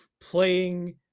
playing